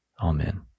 Amen